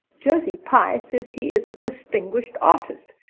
josie pye says he is a distinguished artist,